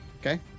Okay